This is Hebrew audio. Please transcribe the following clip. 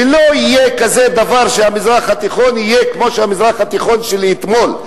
ולא יהיה כזה דבר שהמזרח התיכון יהיה כמו המזרח התיכון של אתמול.